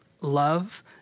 Love